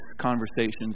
conversations